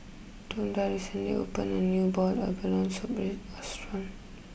Tonda recently opened a new Boiled Abalone Soup restaurant